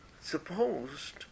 supposed